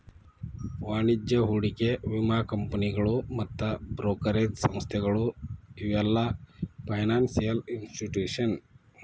ವಾಣಿಜ್ಯ ಹೂಡಿಕೆ ವಿಮಾ ಕಂಪನಿಗಳು ಮತ್ತ್ ಬ್ರೋಕರೇಜ್ ಸಂಸ್ಥೆಗಳು ಇವೆಲ್ಲ ಫೈನಾನ್ಸಿಯಲ್ ಇನ್ಸ್ಟಿಟ್ಯೂಷನ್ಸ್